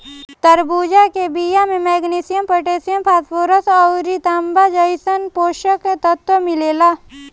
तरबूजा के बिया में मैग्नीशियम, पोटैशियम, फास्फोरस अउरी तांबा जइसन पोषक तत्व मिलेला